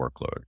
workload